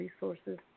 resources